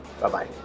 bye-bye